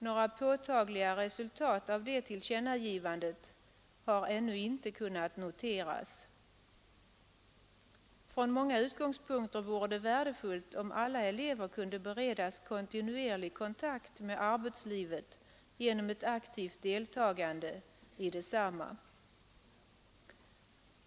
Några påtagliga resultat av detta tillkännagivande har ännu inte kunnat noteras. Från många utgångspunkter vore det värdefullt om alla elever kunde beredas kontinuerlig kontakt med arbetslivet genom ett aktivt deltagande i detsamma.